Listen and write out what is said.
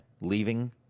leaving